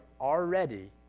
already